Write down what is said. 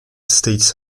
states